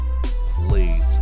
please